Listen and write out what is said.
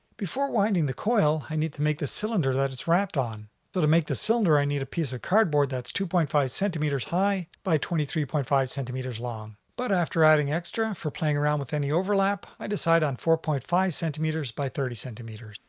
before winding the coil i need to make the cylinder that it's wrapped on. so to make the cylinder i need a piece of cardboard that's two point five centimeters high by twenty three point five centimeters long, but after adding extra for playing around with any overlap, i decide on four point five centimeters by thirty centimeters.